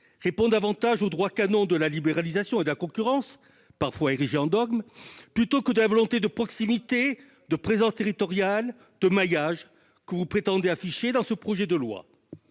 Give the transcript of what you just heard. répond davantage au droit canon de la libéralisation et de la concurrence, parfois érigé en dogme, plutôt qu'à la volonté de proximité, de présence territoriale et de maillage que vous prétendez afficher dans ce projet de loi